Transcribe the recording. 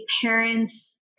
parents